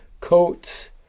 coats